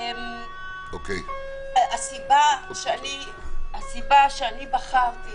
הסיבה שאני בחרתי